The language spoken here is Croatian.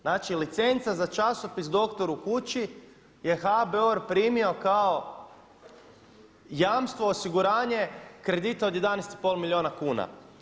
Znači licenca za časopis Doktor u kući je HBOR primio kao jamstvo, osiguranje kredita od 11,5 milijuna kuna.